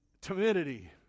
Timidity